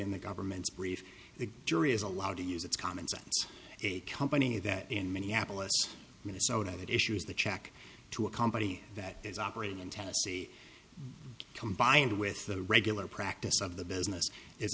in the government's brief the jury is allowed to use its comments on a company that in minneapolis minnesota that issues the check to a company that is operating in tennessee combined with the regular practice of the business is